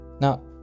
Now